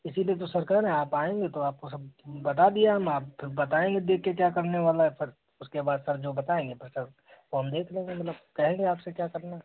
इसलिए तो सर कह रहे आप आएंगे तो आपको सब बता दिया है हम आप फिर बताएंगे देख के क्या करने वाला है सर उसके बाद सर जो बताएंगे तो सर वो हम देख लेंगे मतलब कहेंगे आपसे क्या करना है